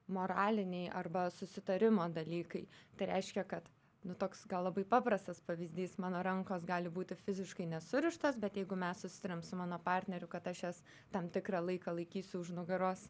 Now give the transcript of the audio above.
moraliniai arba susitarimo dalykai tai reiškia kad nu toks labai paprastas pavyzdys mano rankos gali būti fiziškai nesurištos bet jeigu mes susitarėm su mano partneriu kad aš jas tam tikrą laiką laikysiu už nugaros